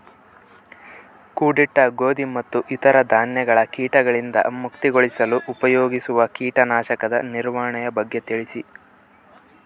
ಕೂಡಿಟ್ಟ ಗೋಧಿ ಮತ್ತು ಇತರ ಧಾನ್ಯಗಳ ಕೇಟಗಳಿಂದ ಮುಕ್ತಿಗೊಳಿಸಲು ಉಪಯೋಗಿಸುವ ಕೇಟನಾಶಕದ ನಿರ್ವಹಣೆಯ ಬಗ್ಗೆ ತಿಳಿಸಿ?